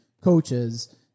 coaches